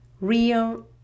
real